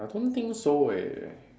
I don't think so eh